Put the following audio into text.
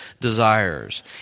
desires